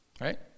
right